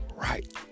right